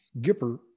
Gipper